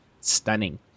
stunning